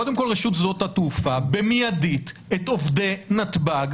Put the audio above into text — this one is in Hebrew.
קודם כל שרשות שדות התעופה במיידית תסדיר לעובדי נתב"ג